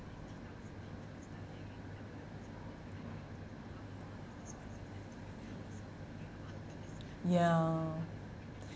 ya